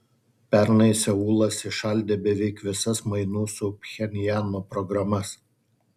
pernai seulas įšaldė beveik visas mainų su pchenjanu programas